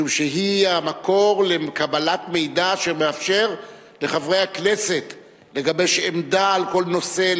משום שהיא המקור לקבלת מידע שמאפשר לחברי הכנסת לגבש עמדה על כל נושא,